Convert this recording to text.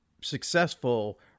successful